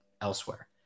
elsewhere